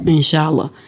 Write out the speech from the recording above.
Inshallah